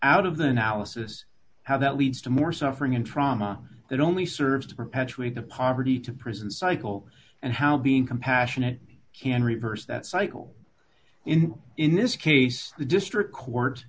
out of than alice's how that leads to more suffering and trauma that only serves to perpetuate the poverty to prison cycle and how being compassionate can reverse that cycle in in this case the district court